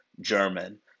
German